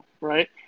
right